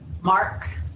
Mark